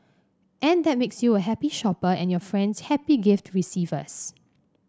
and that makes you a happy shopper and your friends happy gift receivers